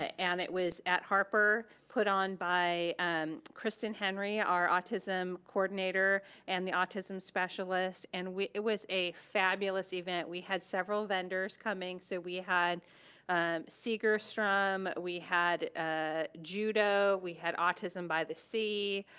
ah and it was at harper put on by um kristin henry, our autism coordinator and the autism specialist, and it was a fabulous event. we had several vendors coming, so we had segerstrom, we had ah judo, we had autism by the sea,